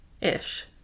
Ish